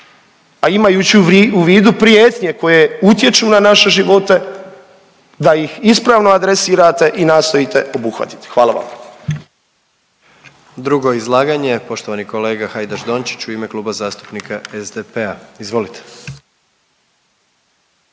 a imajući u vidu prijetnje koje utječu na naše živote, da ih ispravno adresirate i nastojite obuhvatiti. Hvala vam. **Jandroković, Gordan (HDZ)** Drugo izlaganje, poštovani kolega Hajdaš Dončić u ime Kluba zastupnika SDP-a, izvolite.